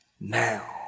Now